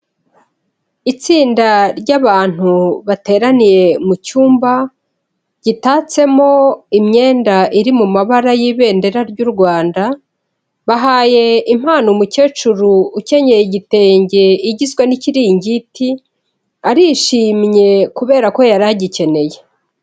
Itsinda ry'abantu bateraniye mu cyumba, gitatsemo imyenda iri mu mabara y'ibendera ry'u Rwanda, bahaye impano umukecuru ukenyeye igitenge igizwe n'ikiringiti, arishimye kubera ko yari agikeneye.